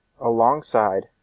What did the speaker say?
alongside